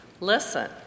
Listen